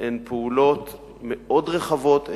הן פעולות מאוד רחבות.